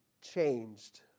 changed